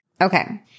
Okay